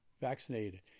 vaccinated